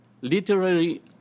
literary